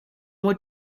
more